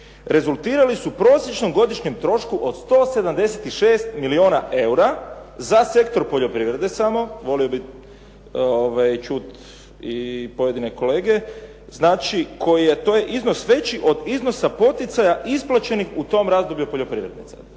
rezultirali su prosječnom godišnjem trošku od 176 milijuna eura za sektor poljoprivrede samo. Volio bih čuti i pojedine kolege. Znači, taj je iznos veći od iznosa poticaja isplaćenih u tom razdoblju poljoprivrednicima.